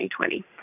2020